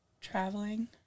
Traveling